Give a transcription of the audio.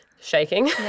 Shaking